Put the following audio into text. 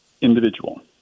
individual